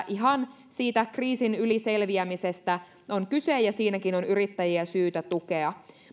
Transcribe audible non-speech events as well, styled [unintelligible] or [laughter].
[unintelligible] ihan siitä kriisin yli selviämisestä on kyse ja siinäkin on yrittäjiä syytä tukea